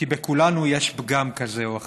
כי בכולנו יש פגם כזה או אחר.